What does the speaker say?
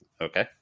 Okay